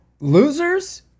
losers